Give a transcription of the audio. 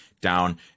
down